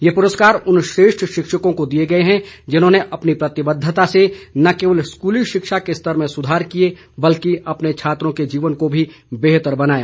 ये पुरस्कार उन श्रेष्ठ शिक्षकों को दिये गये हैं जिन्होंने अपनी प्रतिबद्धता से न केवल स्कूली शिक्षा के स्तर में सुधार किये बल्कि अपने छात्रों के जीवन को भी बेहतर बनाया